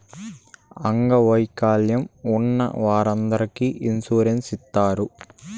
అంగవైకల్యం ఉన్న వారందరికీ ఇన్సూరెన్స్ ఇత్తారు